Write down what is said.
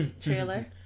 trailer